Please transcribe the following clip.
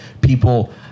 people